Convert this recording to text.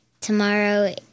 Tomorrow